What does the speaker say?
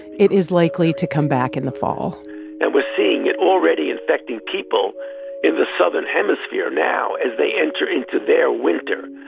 it is likely to come back in the fall and we're seeing it already infecting people in the southern hemisphere now as they enter into their winter.